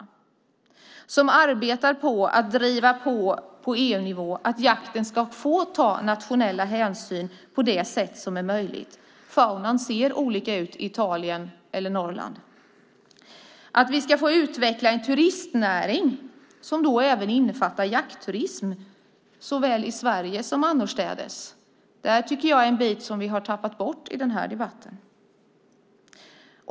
Det är en regering som arbetar med att på EU-nivå driva på för att jakten ska få ta nationella hänsyn på det sätt som är möjligt - faunan ser olika ut i Italien och Norrland - och för att vi ska få utveckla en turistnäring som innefattar jaktturism såväl i Sverige som annorstädes. Detta är något som vi har tappat bort i den här debatten.